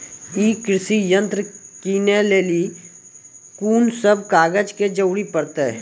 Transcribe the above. ई कृषि यंत्र किनै लेली लेल कून सब कागजात के जरूरी परतै?